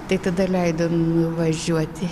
tai tada leido nuvažiuoti